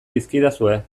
dizkidazue